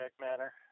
matter